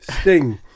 Sting